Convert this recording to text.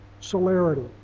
celerity